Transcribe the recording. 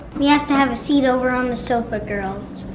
we have to have a seat over on the sofa, girls.